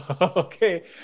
Okay